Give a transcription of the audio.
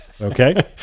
Okay